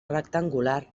rectangular